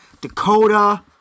Dakota